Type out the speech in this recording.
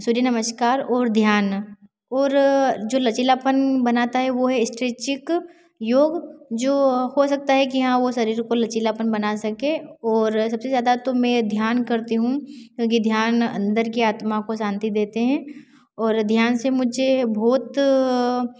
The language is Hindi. सूर्य नमस्कार और ध्यान और जो लचीलापन बनाता है वह है इस्ट्रेचिक योग जो हो सकता है कि हाँ वह शरीर को लचीलापन बना सके और सबसे ज़्यादा तो मैं ध्यान करती हूँ क्योंकि ध्यान अंदर की आत्मा को शांति देते हैं और ध्यान से मुझे बहुत